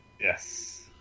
Yes